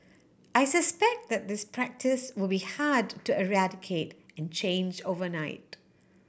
I suspect that this practice will be hard to eradicate and change overnight